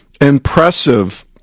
impressive